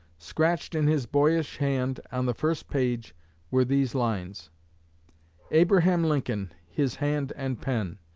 scratched in his boyish hand on the first page were these lines abraham lincoln his hand and pen.